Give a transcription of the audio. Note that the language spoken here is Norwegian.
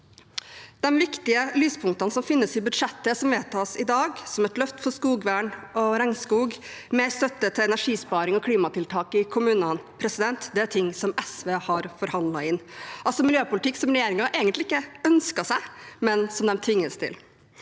De viktige lyspunktene som finnes i budsjettet som vedtas i dag, som et løft for skogvern og regnskog og mer støtte til energisparing og klimatiltak i kommunene, er ting som SV har forhandlet inn, altså miljøpolitikk regjeringen egentlig ikke ønsker seg, men som de tvinges til.